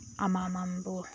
ꯑꯃꯃꯝꯕꯨ